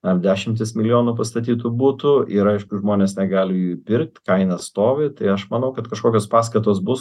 ar dešimtys milijonų pastatytų butų yra žmonės negali jų įpirkt kaina stovi tai aš manau kad kažkokios paskatos bus